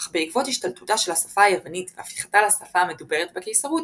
אך בעקבות השתלטותה של השפה היוונית והפיכתה לשפה המדוברת בקיסרות,